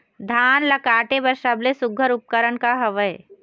धान ला काटे बर सबले सुघ्घर उपकरण का हवए?